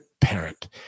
Parent